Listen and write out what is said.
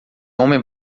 homem